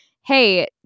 hey